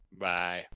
Bye